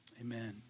Amen